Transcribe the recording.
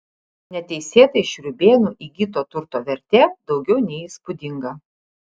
neteisėtai šriūbėnų įgyto turto vertė daugiau nei įspūdinga